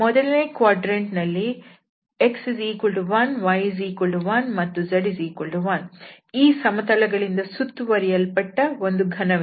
ಮೊದಲನೇ ಕ್ವಾಡ್ರಂಟ್ ನಲ್ಲಿ x1y1 ಮತ್ತು z1 ಈ ಸಮತಲಗಳಿಂದ ಸುತ್ತುವರಿಯಲ್ಪಟ್ಟ ಒಂದು ಘನವಿದೆ